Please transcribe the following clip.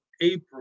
April